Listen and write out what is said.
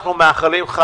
אנו מאחלים לך,